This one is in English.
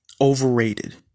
overrated